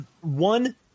one